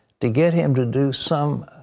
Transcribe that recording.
to get him to do some